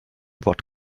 what